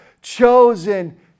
chosen